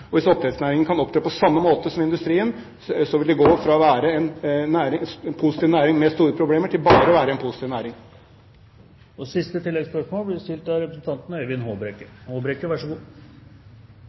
og hvis oppdrettsnæringen kan opptre på samme måte som industrien, vil den gå fra å være en positiv næring med store problemer til bare å være en positiv næring.